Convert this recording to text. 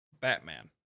Batman